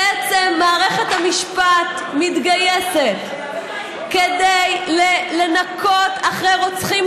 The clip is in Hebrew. בעצם מערכת המשפט מתגייסת כדי לנקות אחרי רוצחים